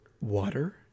Water